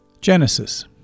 Genesis